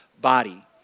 body